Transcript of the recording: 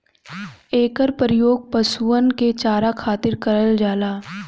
एकर परियोग पशुअन के चारा खातिर करल जाला